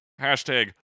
hashtag